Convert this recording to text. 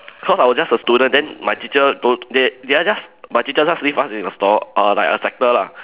cause I was just a student then my teacher told they they are just my teacher just leave us in a store err like a sector lah